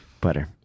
Butter